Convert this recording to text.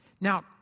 Now